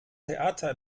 theater